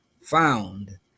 found